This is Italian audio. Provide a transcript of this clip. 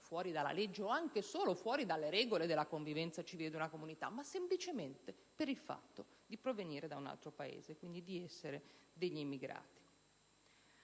fuori dalla legge o anche solo fuori dalle regole della convivenza civile della comunità, ma semplicemente per il fatto di provenire da un altro Paese, di essere degli immigrati.